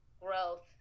growth